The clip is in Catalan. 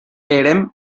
érem